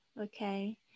Okay